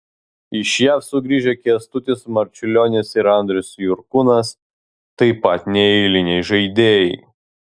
iš jav sugrįžę kęstutis marčiulionis ir andrius jurkūnas taip pat neeiliniai žaidėjai